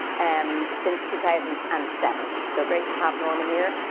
um since two thousand and seven so, great to have norman here.